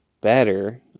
better